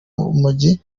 urumogi